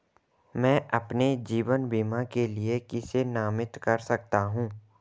मैं अपने जीवन बीमा के लिए किसे नामित कर सकता हूं?